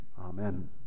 Amen